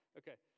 okay